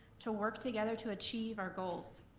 to work together to achieve our goals.